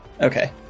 Okay